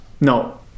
No